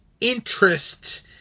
interest